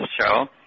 show